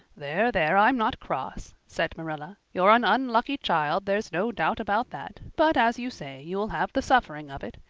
there, there, i'm not cross, said marilla. you're an unlucky child, there's no doubt about that but as you say, you'll have the suffering of it.